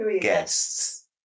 guests